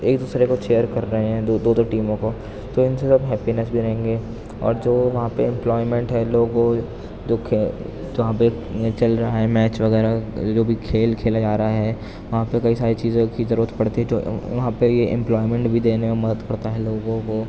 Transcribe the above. ایک دوسرے کو چیئر کر رہے ہیں دو دو ٹیموں کو تو ان سے سب ہیپینیس بھی رہیں گے اور جو وہاں پہ امپلائیمنٹ ہے لوگ دکھ جہاں پہ چل رہا ہے میچ وغیرہ جو بھی کھیل کھیلا جا رہا ہے وہاں پہ کئی ساری چیزوں کی ضرورت پڑتی ہے تو وہاں پہ یہ امپلائمنٹ بھی دینے میں مدد کرتا ہے لوگوں کو